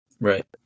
Right